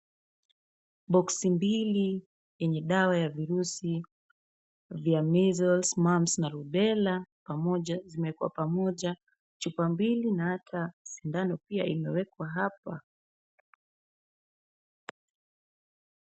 Boksi mbili yenye dawa ya virusi vya measles, mumps na rubella pamoja zimewekwa pamoja, chupa mbili na hata sindano pia imewekwa hapa.